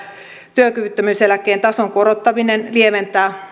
työkyvyttömyyseläkkeen tason korottaminen lieventää